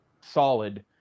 solid